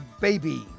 Baby